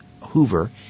Hoover